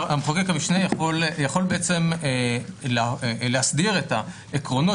מחוקק המשנה יכול בעצם להסדיר את העקרונות